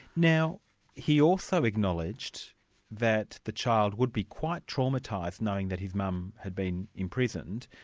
now he also acknowledged that the child would be quite traumatised, knowing that his mum had been imprisoned,